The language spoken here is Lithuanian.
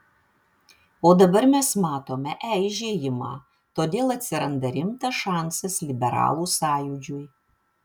o dabar mes matome eižėjimą todėl atsiranda rimtas šansas liberalų sąjūdžiui